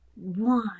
one